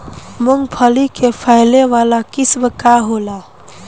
मूँगफली के फैले वाला किस्म का होला?